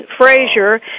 Frazier